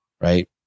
Right